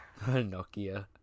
Nokia